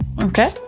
Okay